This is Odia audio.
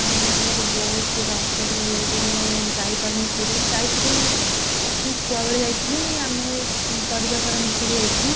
ଆଉ ମୋର ବହୁତ ଗୁଡ଼େ ଅପସୋସ୍ ରହିଯାଇଛି ମୁଁ ଯାଇପାରୁନି ପୁରୀ ଯାଇଥିଲି ପ୍ରଥମେ ଛୁଆ ବେଳେ ଯାଇଥିଲି ଆମେ ପରିବାର ସାରା ମିଶିକି ଯାଇଥିଲୁ